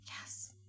yes